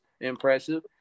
impressive